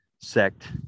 sect